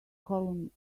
column